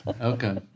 Okay